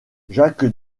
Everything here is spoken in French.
jacques